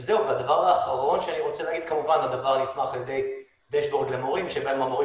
זה נתמך על ידי דשבורד למורים כך שהמורים